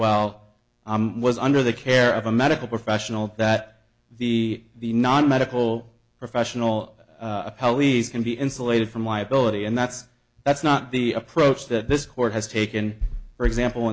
well was under the care of a medical professional that the the non medical professional police can be insulated from liability and that's that's not the approach that this court has taken for example